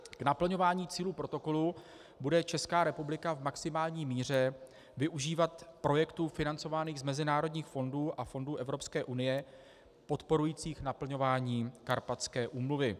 K naplňování cílů protokolu bude Česká republika v maximální míře využívat projektů financovaných z mezinárodních fondů a fondů Evropské unie podporujících naplňování Karpatské úmluvy.